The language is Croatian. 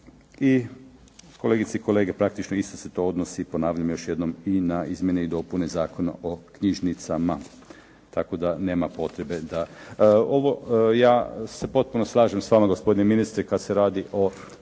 I kolegice i kolege, praktično isto se to odnosi ponavljam još jednom i na izmjene i dopune Zakona o knjižnicama. Tako da nema potrebe da. Ovo ja se potpuno slažem sa vama gospodine ministre kad se radi o